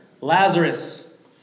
Lazarus